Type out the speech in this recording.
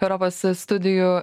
europos studijų